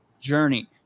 journey